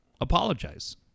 apologize